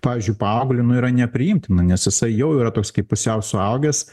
pavyzdžiui paaugliui nu yra nepriimtina nes jisai jau yra toks kaip pusiau suaugęs